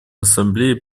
ассамблее